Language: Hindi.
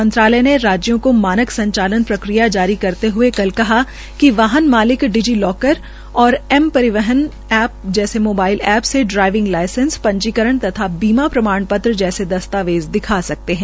मंत्रालय ने राज्यों को मानक संचालन प्रक्रिया जारी करते हए कल कहा कि वाहन मालिक डिजिलॉकर और एम परिवहन ऐप जैसे मोबाइल ऐप से ड्राइविंग लाइसेंस पंजीकरण और बीमा प्रमाण पत्र दस्तावेज दिखा सकते हैं